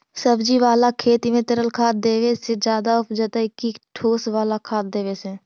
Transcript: सब्जी बाला खेत में तरल खाद देवे से ज्यादा उपजतै कि ठोस वाला खाद देवे से?